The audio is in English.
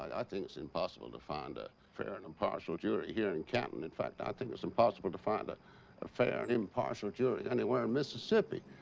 i think its impossible to find a fair and impartial jury here in canton. in fact, i ah think its impossible to find a a fair and impartial jury anywhere in mississippi,